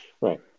Right